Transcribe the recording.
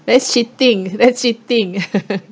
that's cheating that's cheating